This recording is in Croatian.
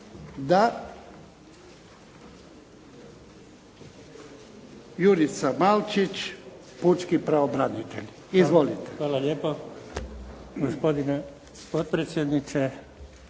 Da. Jurica Malčić, pučki pravobranitelj. **Malčić, Jurica** Hvala lijepo. Gospodine potpredsjedniče,